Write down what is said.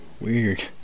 weird